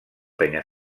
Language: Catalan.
penya